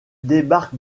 débarque